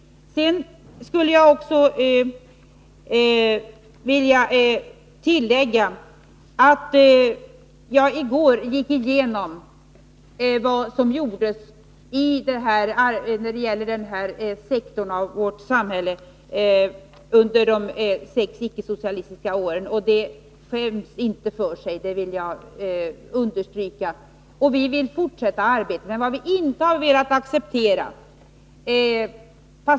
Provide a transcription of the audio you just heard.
Jag skulle också vilja tillägga att jag i går gick igenom vad som gjordes när det gäller denna sektor av vårt samhälle under de sex icke-socialistiska åren, och det skäms inte för sig — det vill jag understryka. Och vi vill fortsätta att arbeta.